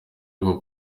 gukwa